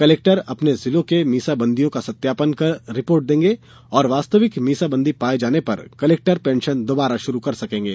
collector अपने जिलों के मीसा बंदियों का सत्यापन कर रिपोर्ट देंगे और वास्तविक मीसाबंदी पाये जाने पर कलेक्टर पेंशन दोबारा शुरू कर सकेंगे